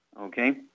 okay